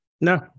No